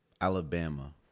Alabama